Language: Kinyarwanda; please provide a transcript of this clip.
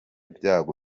byago